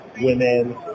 women